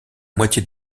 moitié